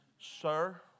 Sir